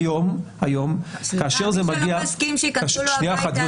גם מישהו לא מסכים שייכנסו לו הביתה, זה לא משת"פ.